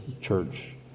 church